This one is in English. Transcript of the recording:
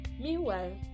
Meanwhile